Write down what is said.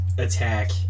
Attack